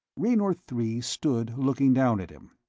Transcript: raynor three stood looking down at him,